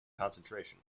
concentration